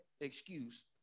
excuse